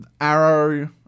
Arrow